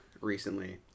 recently